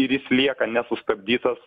ir jis lieka nesustabdytas